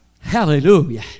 Hallelujah